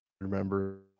remember